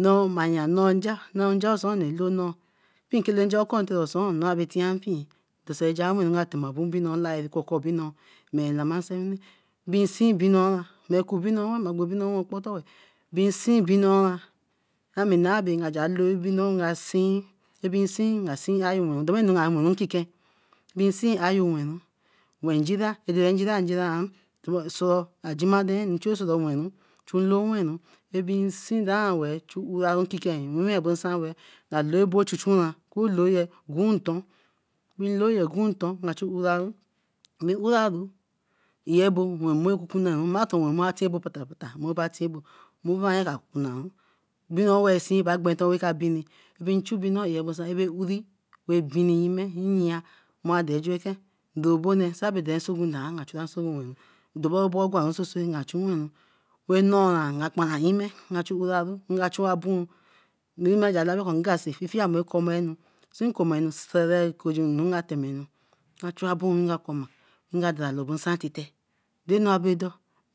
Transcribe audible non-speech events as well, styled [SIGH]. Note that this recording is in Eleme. Nso maya noo nja nnoo nja osun olilo noo pinkele nja okun osũn sira mpee dose ja nka tema obinno olaere koko obinno mabera lama nsewine. binsi binno, babe kun obimo aku obinno sey kpator weeh, ya mi nae ba, nka ja loi obinno asin abensin daranu nka moru nkiken win seen ayo wenru nkiken. seen ayo weren wen njira dere njira njera [HESITATION] owenu, nloo wenu tin seen dan wer chu uraru nkiken webo nsan weeh. Nga loo bo chu chu ran goin nton, bin looye goin nten achu usaru, mi uraru, iyebo, wen mmu ra ka tiabo pata pata mmu ka tiabo mmu mano ka kuna ru. Obinno agba wensi ka bini. ebin chun obinno ear bosan abera uri, bini yime yea mado juenke dobone sii bae so nsọgun doan nga chura osegun werun. Ndomobo gwanru chu werun wey noora nka kparan yime nga chu uraru. nga chu aboom, ngazi me komey anu see komeg eroju anu ka temenu, ka chu aboom nga koma. nga dala lobo nsa tete doenu aberado